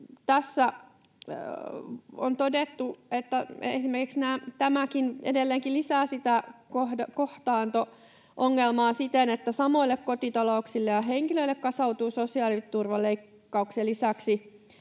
tässä on todettu, että esimerkiksi tämäkin edelleenkin lisää kohtaanto-ongelmaa siten, että samoille kotitalouksille ja henkilöille kasautuu sosiaaliturvaleikkauksien lisäksi